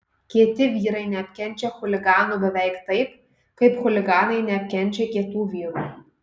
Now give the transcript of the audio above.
kieti vyrai neapkenčia chuliganų beveik taip kaip chuliganai neapkenčia kietų vyrų